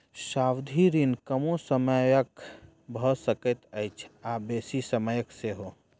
सावधि ऋण कमो समयक भ सकैत अछि आ बेसी समयक सेहो